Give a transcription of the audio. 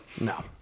No